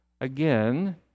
Again